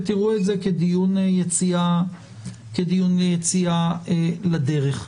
ותראו את זה כדיון יציאה לדרך.